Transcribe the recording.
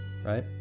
Right